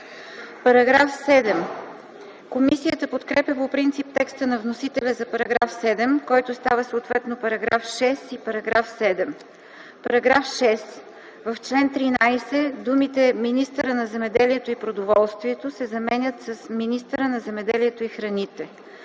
По § 7 комисията подкрепя по принцип текста на вносителя за параграфа, който става съответно § 6 и § 7: „§ 6. В чл. 13 думите „министъра на земеделието и продоволствието” се заменят с „министъра на земеделието и храните”.